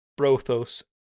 Brothos